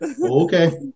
Okay